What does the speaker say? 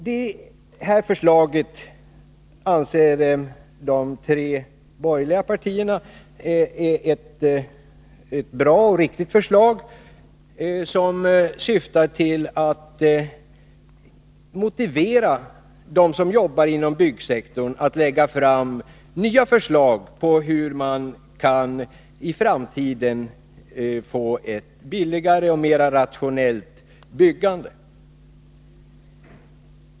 Det här förslaget anser de tre borgerliga partierna är ett bra och riktigt förslag, som syftar till att motivera dem som jobbar inom byggsektorn att lägga fram nya förslag till hur man i framtiden skall kunna få ett billigare och mera rationellt byggande.